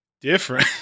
different